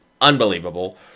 unbelievable